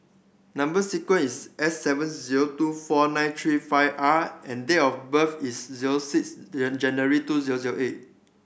number sequence is S seven zero two four nine three five R and date of birth is zero six January two zero zero eight